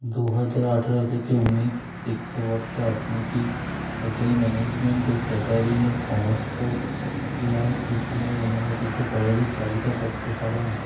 দুহাজার আঠেরো থেকে উনিশ শিক্ষাবর্ষে আপনি কি হোটেল ম্যানেজমেন্ট ও ক্যাটারিংয়ের সমস্ত A I C T E অনুমোদিত কলেজের তালিকা করতে পারেন